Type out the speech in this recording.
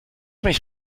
mich